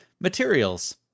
Materials